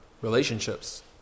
relationships